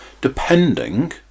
depending